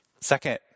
Second